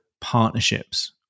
partnerships